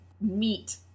meat